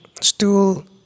Stool